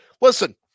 Listen